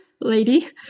lady